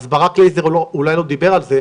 אז ברק לייזר אולי לא דיבר על זה,